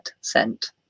scent